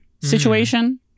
situation